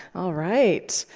all right,